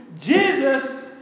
Jesus